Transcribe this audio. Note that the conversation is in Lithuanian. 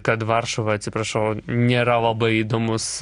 kad varšuva atsiprašau nėra labai įdomus